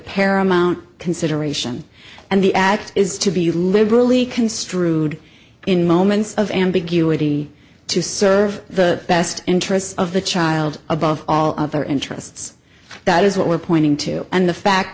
paramount consideration and the act is to be liberally construed in moments of ambiguity to serve the best interests of the child above all other interests that is what we're pointing to and the fact